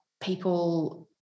people